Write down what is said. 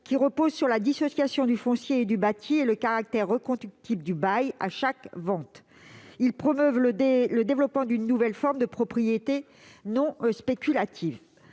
qui repose sur la dissociation du foncier et du bâti, ainsi que sur le caractère reconductible du bail à chaque vente. Cela promeut le développement d'une nouvelle forme de propriété non spéculative.